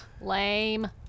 Lame